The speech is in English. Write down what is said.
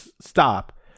stop